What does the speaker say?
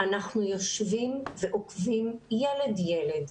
אנחנו יושבים ועוקבים ילד ילד,